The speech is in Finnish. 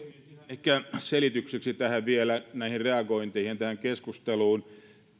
ehkä selitykseksi vielä näihin reagointeihin ja tähän keskusteluun